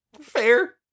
Fair